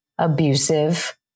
abusive